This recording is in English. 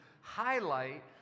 highlight